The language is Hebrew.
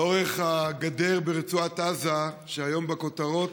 לאורך הגדר ברצועת עזה, שהיום בכותרות,